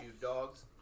dogs